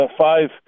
five